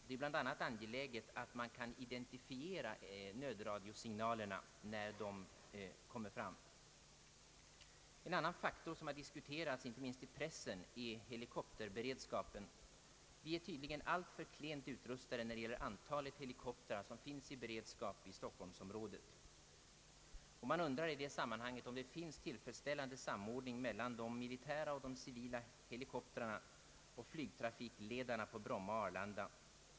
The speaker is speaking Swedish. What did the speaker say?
Det är bland annat angeläget att man utan svårighet kan identifiera nödradiosignalerna när de kommer fram. En annan faktor som diskuterats, inte minst i pressen, är helikopterberedskapen. Vi är tydligen alltför klent utrustade när det gäller antalet helikoptrar som finns i beredskap i Stockholmsområdet. Man undrar i detta sammanhang om en tillfredsställande samordning förekommer mellan de militära och de civila helikoptrarna och mellan flygtrafikledarna på Bromma och Arlanda.